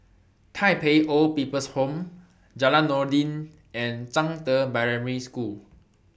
Tai Pei Old People's Home Jalan Noordin and Zhangde Primary School